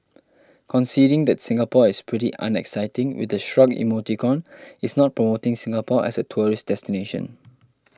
conceding that Singapore is pretty unexciting with a shrug emoticon is not promoting Singapore as a tourist destination